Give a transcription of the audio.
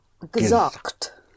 gesagt